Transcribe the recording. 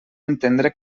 entendre